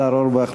השר אורבך,